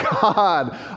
God